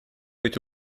быть